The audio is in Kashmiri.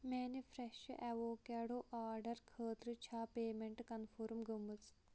میانہِ فرٛٮ۪ش اٮ۪ووکاڈو آرڈر خٲطرٕ چھا پیمیٚنٹ کنفٔرٕم گٔمٕژ